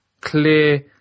clear